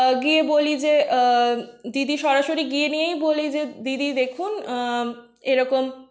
গিয়ে বলি যে দিদি সরাসরি গিয়ে নিয়েই বলি যে দিদি দেখুন এরকম